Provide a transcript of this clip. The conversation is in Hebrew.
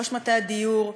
ראש מטה הדיור,